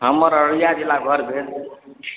हमर अररिया जिला घर भेल